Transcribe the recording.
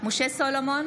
משה סולומון,